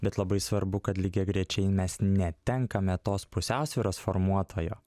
bet labai svarbu kad lygiagrečiai mes netenkame tos pusiausvyros formuotojo